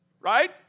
Right